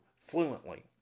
fluently